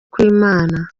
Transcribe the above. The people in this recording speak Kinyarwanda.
kw’imana